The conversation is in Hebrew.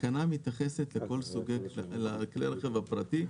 התקנה מתייחסת לכל סוגי כלי הרכב הפרטי,